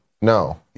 no